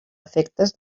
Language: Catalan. efectes